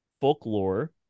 folklore